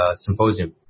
symposium